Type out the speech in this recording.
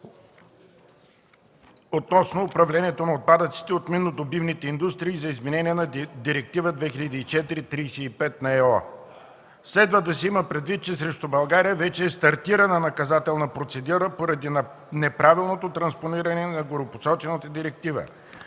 относно управлението на отпадъците от миннодобивните индустрии и за изменение на Директива 2004/35/ЕО. Следва да се има предвид, че срещу България вече е стартирана наказателна процедура поради неправилното транспониране на горепосочената директива.